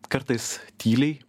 kartais tyliai